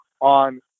on